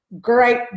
Great